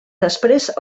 després